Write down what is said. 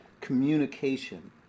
communication